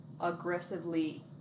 aggressively